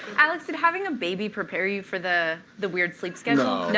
alex, did having a baby prepare you for the the weird sleep schedule?